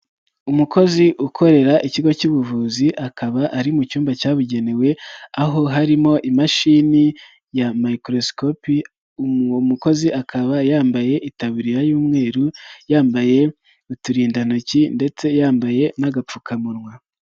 Umukozi ukorera ikigo cy'ubuvuzi akaba ari mu cyumba cyabugenewe, aho harimo imashini ya mikorosikopi, uwo mukozi akaba yambaye itabiriya y'umweru, yambaye uturindantoki ndetse yambaye n'agapfukamunwa.